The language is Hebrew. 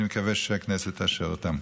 אני מקווה שהכנסת תאשר אותם.